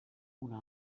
una